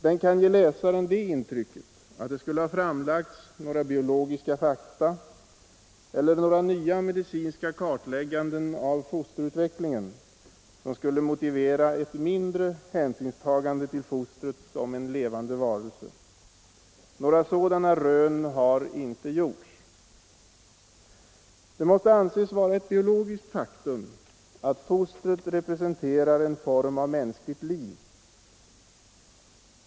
Den kan ge läsaren det intrycket att det skulle ha framlagts några biologiska fakta eller några nya medicinska kartlägganden av fosterutvecklingen som skulle motivera ett mindre hänsynstagande till fostret som en levande varelse. Några sådana rön har inte gjorts. Det måste anses vara ett biologiskt faktum att fostret representerar en form av mänskligt liv.